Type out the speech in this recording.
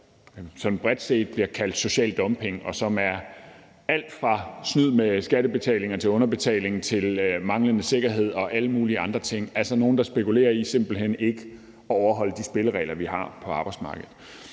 som bredt set bliver kaldt social dumping, og som er alt fra snyd med skattebetalinger til underbetaling, til manglende sikkerhed og alle mulige andre ting, altså nogle, der spekulerer i simpelt hen ikke at overholde de spilleregler, vi har på arbejdsmarkedet.